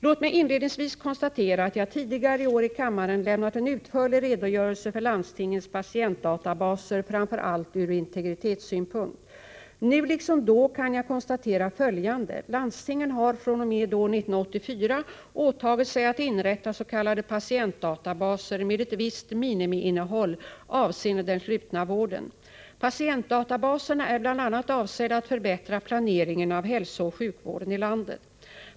Låt mig inledningsvis konstatera att jag tidigare i år i kammaren lämnat en utförlig redogörelse för landstingens patientdatabaser framför allt ur integritetssynpunkt. Nu liksom då kan jag konstatera följande. Landstingen har fr.o.m. år 1984 åtagit sig att inrätta s.k. patientdatabaser med ett visst minimiinnehåll avseende den slutna vården. Patientdatabaserna är bl.a. avsedda att förbättra planeringen av hälsooch sjukvården i landet.